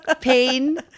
pain